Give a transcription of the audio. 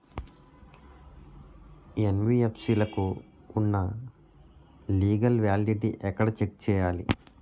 NBFC లకు ఉన్నా legal validity ఎక్కడ చెక్ చేయాలి?